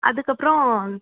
அதுக்கப்றம்